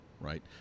right